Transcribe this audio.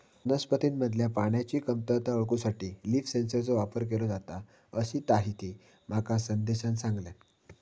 वनस्पतींमधल्या पाण्याची कमतरता ओळखूसाठी लीफ सेन्सरचो वापर केलो जाता, अशीताहिती माका संदेशान सांगल्यान